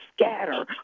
scatter